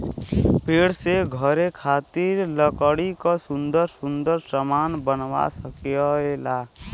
पेड़ से घरे खातिर लकड़ी क सुन्दर सुन्दर सामन बनवा सकेला